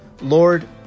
Lord